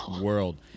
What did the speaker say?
world